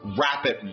rapid